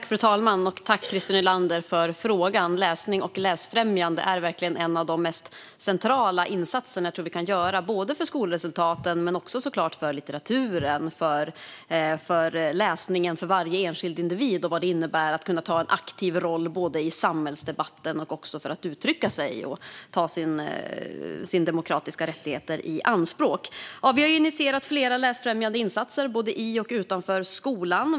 Fru talman! Tack, Christer Nylander, för frågan! Läsning och läsfrämjande är verkligen de mest centrala insatser vi kan göra både för skolresultaten. Det handlar såklart också om litteratur och läsning för varje enskild individ och vad det innebär för att kunna ta en aktiv roll i samhällsdebatten, för att uttrycka sig och för att ta sina demokratiska rättigheter i anspråk. Vi har initierat flera läsfrämjande insatser både i och utanför skolan.